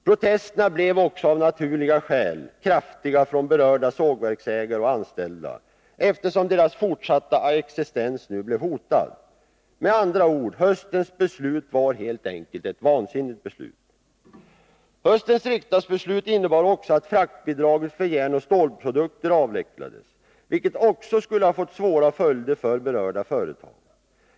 Protesterna blev också av naturliga skäl kraftiga från berörda sågverksägare och anställda, eftersom deras fortsatta existens nu blev hotad. Men andra ord: Höstens beslut var helt enkelt ett vansinnigt beslut. Höstens riksdagsbeslut innebar också att fraktbidraget för järnoch stålprodukter skulle avvecklas. Om detta hade genomförts skulle det ha fått svåra följder för berörda företag.